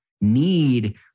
need